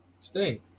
Stay